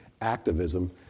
activism